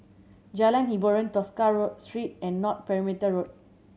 Jalan Hiboran Tosca Road Street and North Perimeter Road